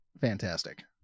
fantastic